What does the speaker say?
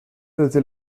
desde